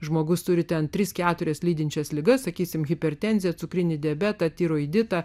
žmogus turi ten tris keturias lydinčias ligas sakysime hipertenziją cukrinį diabetą tiroiditą